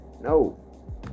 No